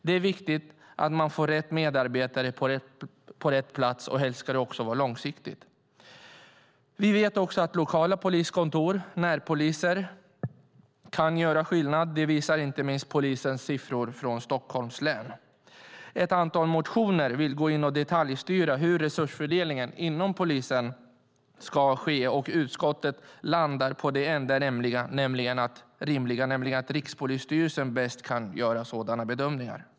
Det är viktigt att man får rätt medarbetare på rätt plats, och helst ska det också vara långsiktigt. Vi vet också att lokala poliskontor med närpoliser kan göra skillnad. Det visar inte minst polisens siffror från Stockholms län. Ett antal motioner handlar om att man vill gå in och detaljstyra hur resursfördelningen inom polisen ska ske, och utskottet landar på det enda rimliga, nämligen att Rikspolisstyrelsen bäst kan göra sådana bedömningar.